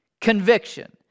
conviction